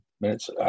minutes